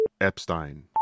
Epstein